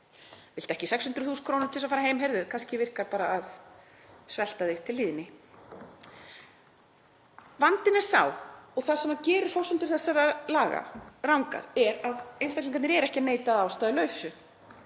Viltu ekki 600.000 kr. til að fara heim? Heyrðu, kannski virkar bara að svelta þig til hlýðni. Vandinn er sá, og það sem gerir forsendur þessara laga rangar, að einstaklingarnir eru ekki að neita að ástæðulausu.